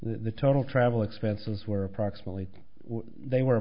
the total travel expenses were approximately they were